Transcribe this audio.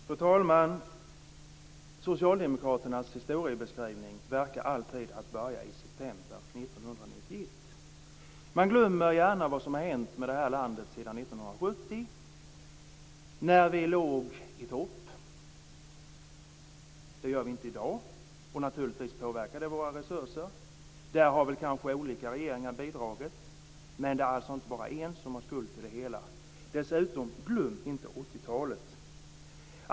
Fru talman! Socialdemokraternas historiebeskrivning verkar alltid börja i september 1991. De glömmer gärna vad som har hänt i vårt land sedan 1970, när vi låg i topp. Det gör vi inte i dag, och det påverkar naturligtvis våra resurser. Olika regeringar har väl bidragit till det här, men det är inte bara en som har skuld till det inträffade. Glöm dessutom inte 80-talet!